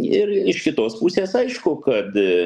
ir iš kitos pusės aišku kad